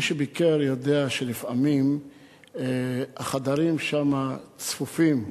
מי שביקר יודע שלפעמים החדרים שם צפופים.